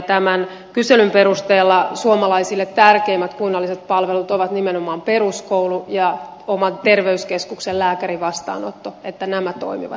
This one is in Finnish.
tämän kyselyn perusteella suomalaisille tärkeimmät kunnalliset palvelut ovat nimenomaan peruskoulu ja oman terveyskeskuksen lääkärivastaanotto että nämä toimivat